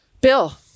Bill